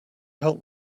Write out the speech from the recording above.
help